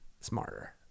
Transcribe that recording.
Smarter